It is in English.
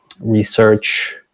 research